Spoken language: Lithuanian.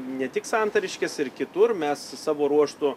ne tik santariškės ir kitur mes savo ruožtu